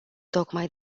tocmai